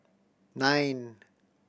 nine